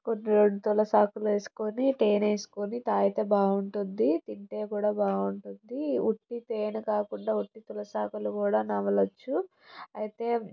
ఓ రెండు తులసి ఆకులు వేసుకొని తేనె వేసుకొని తాగితే బాగుంటుంది తింటే కూడా బాగుంటుంది వట్టి తేనె కాకుండా వట్టి తులసి ఆకులు కూడా నమలవచ్చు అయితే